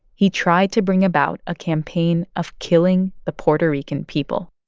he tried to bring about a campaign of killing the puerto rican people.